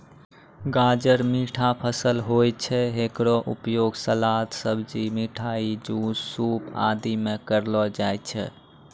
गाजर मीठा फसल होय छै, हेकरो उपयोग सलाद, सब्जी, मिठाई, जूस, सूप आदि मॅ करलो जाय छै